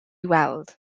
weld